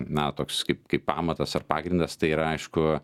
na toks kaip kaip pamatas ar pagrindas tai yra aišku